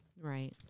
Right